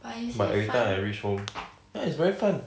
but every time I reach home ya it's very fun